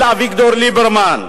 אל אביגדור ליברמן.